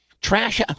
Trash